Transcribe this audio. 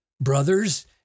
brothers